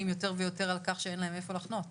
יותר ויותר על כך שאין להם איפה להחנות